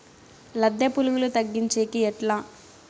లద్దె పులుగులు తగ్గించేకి ఎట్లా?